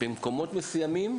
במקומות מסוימים,